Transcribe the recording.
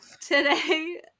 Today